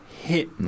hit